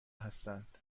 هستند